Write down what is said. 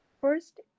First